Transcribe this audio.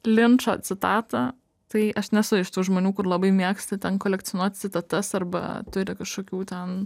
linčo citatą tai aš nesu iš tų žmonių kur labai mėgsti ten kolekcionuot citatas arba turi kažkokių ten